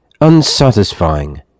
unsatisfying